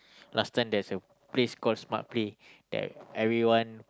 last time there's a place called Smart Play that everyone